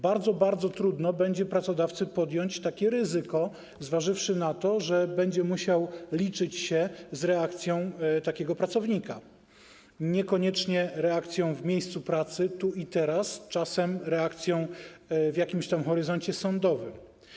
Bardzo, bardzo trudno będzie pracodawcy podjąć takie ryzyko, zważywszy na to, że będzie musiał liczyć się z reakcją pracownika, niekoniecznie reakcją w miejscu pracy tu i teraz, czasem reakcją w jakimś horyzoncie sądowym.